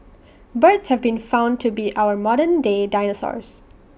birds have been found to be our modern day dinosaurs